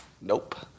Nope